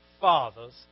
fathers